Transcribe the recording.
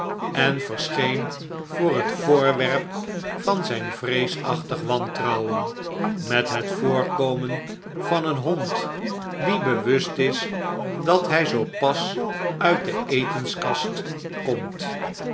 en verscheen voor het voorwerp van zijn vreesachtig wantrouwen met het voorkomen van een hond die bewust is dat hij zoo pas uit de etenskast komt